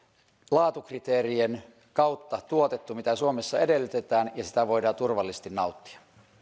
laatukriteerien kautta tuotettu mitä suomessa edellytetään ja sitä voidaan turvallisesti nauttia